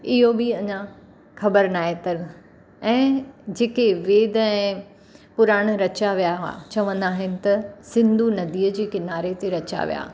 इहो बि अञा ख़बरु न आहे तर ऐं जेके वेद ऐं पुराण रचा विया हुआ चवंदा आहिनि त सिंधू नदीअ जे किनारे ते रचा विया